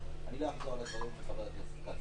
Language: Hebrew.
אני לא אחזור על הדברים שחבר הכנסת כץ